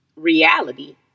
reality